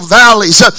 valleys